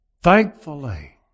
thankfully